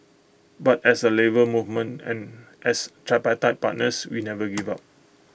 but as A Labour Movement and as tripartite partners we never give up